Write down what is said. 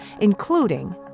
including